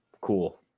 cool